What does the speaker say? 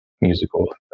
musical